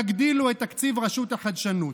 תגדילו את תקציב רשות החדשנות.